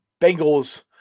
Bengals